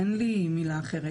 אין לי מילה אחרת.